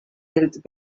health